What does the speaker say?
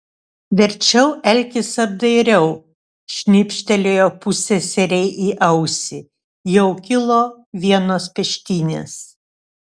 verčiau elkis apdairiau šnypštelėjo pusseserei į ausį jau kilo vienos peštynės